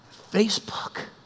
Facebook